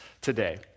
today